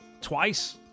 twice